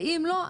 ואם לא,